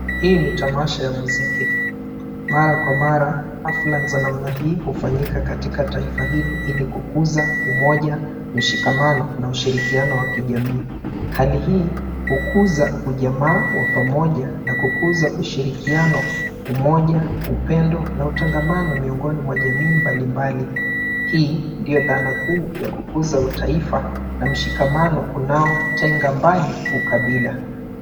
Hii ni tamasha ya muziki. Mara kwa mara, hafla za namna hii hufanyika katika taifa hili ili kukuza umoja mshikamano na ushirikiano wa kijamii. Hali hii hukuza ujamaa wa pamoja na kukuza ushirikiano, umoja, upendo na utangamano miongoni mwa jamii mbalimbali. Hii ndio dhana kuu ya kukuza utaifa na mshikamano unaotenga mbali ukabila.